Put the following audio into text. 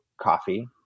coffee